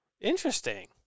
Interesting